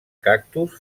cactus